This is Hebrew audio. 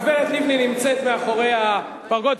הגברת לבני נמצאת מאחורי הפרגוד,